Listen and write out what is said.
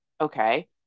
Okay